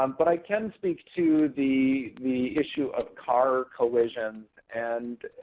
um but i can speak to the the issue of car collision. and